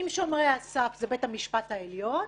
אם שומרי הסף זה בית המשפט העליון,